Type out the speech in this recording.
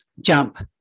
jump